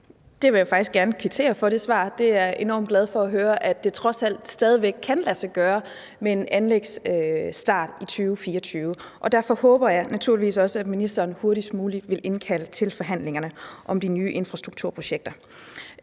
jeg faktisk gerne kvittere for. Jeg er enormt glad for at høre, at det trods alt stadig væk kan lade sig gøre med en anlægsstart i 2024. Derfor håber jeg naturligvis også, at ministeren hurtigst muligt vil indkalde til forhandlingerne om de nye infrastrukturprojekter.